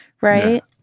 right